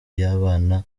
y’abana